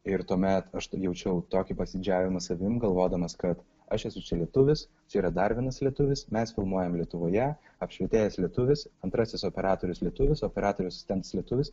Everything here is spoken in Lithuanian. ir tuomet aš jaučiau tokį pasididžiavimą savim galvodamas kad aš esu čia lietuvis čia yra dar vienas lietuvis mes filmuojam lietuvoje apšvietėjas lietuvis antrasis operatorius lietuvis operatorius ten lietuvis